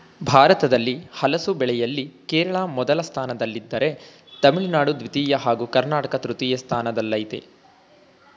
ಭಾರತದಲ್ಲಿ ಹಲಸು ಬೆಳೆಯಲ್ಲಿ ಕೇರಳ ಮೊದಲ ಸ್ಥಾನದಲ್ಲಿದ್ದರೆ ತಮಿಳುನಾಡು ದ್ವಿತೀಯ ಹಾಗೂ ಕರ್ನಾಟಕ ತೃತೀಯ ಸ್ಥಾನದಲ್ಲಯ್ತೆ